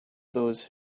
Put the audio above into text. those